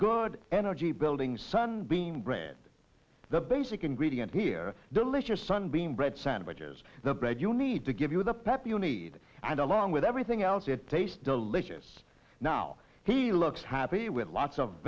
good energy building sunbeam bread the basic ingredient here delicious sunbeam bread sandwiches the bread you need to give you the pep you need and along with everything else it tastes delicious now he looks happy with lots of